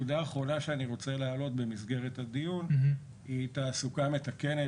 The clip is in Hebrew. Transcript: נקודה אחרונה שאני רוצה להעלות במסגרת הדיון היא תעסוקה מתקנת,